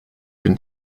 can